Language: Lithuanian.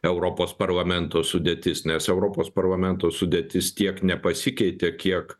europos parlamento sudėtis nes europos parlamento sudėtis tiek nepasikeitė kiek